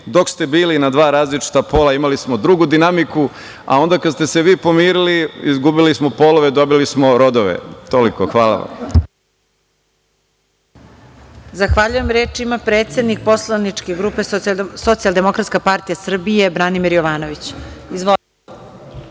Dok ste bili na dva različita pola imali smo drugu dinamiku, a onda kada ste se vi pomirili izgubili smo polove, dobili smo rodove. Toliko. Hvala.